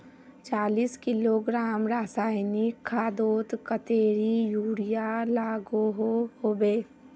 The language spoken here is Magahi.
चालीस किलोग्राम रासायनिक खादोत कतेरी यूरिया लागोहो होबे?